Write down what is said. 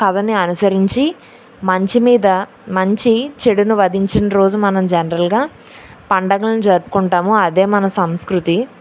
కథని అనుసరించి మంచి మీద మంచి చెడును వధించిన రోజు మనం జనరల్గా పండుగలని జరుపుకుంటాము అదే మన సంస్కృతి